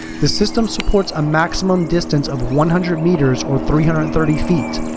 the system supports a maximum distance of one hundred meters or three hundred and thirty feet.